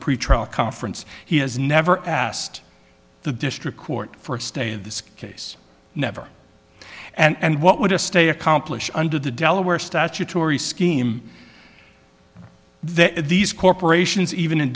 pretrial conference he has never asked the district court for a stay of this case never and what would a stay accomplish under the delaware statutory scheme there these corporations even in